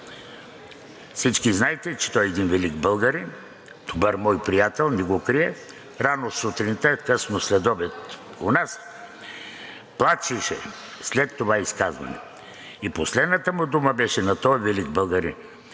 всички знаете, че той е един велик българин, добър мой приятел, не го крия, рано сутринта, късно следобед у нас, плачеше след това изказване. И последната дума на този велик българин